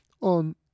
on